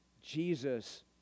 Jesus